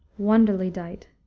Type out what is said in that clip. wonderly dight,